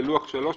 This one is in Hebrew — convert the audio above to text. בלוח 3,